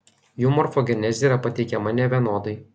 jų morfogenezė yra pateikiama nevienodai